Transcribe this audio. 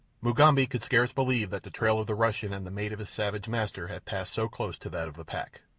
mugambi could scarce believe that the trail of the russian and the mate of his savage master had passed so close to that of the pack.